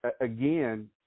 Again